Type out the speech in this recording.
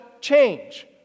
change